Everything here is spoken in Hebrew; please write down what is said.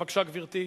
בבקשה, גברתי.